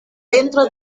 dentro